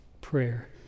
prayer